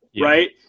right